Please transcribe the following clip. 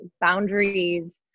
boundaries